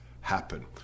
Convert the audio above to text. happen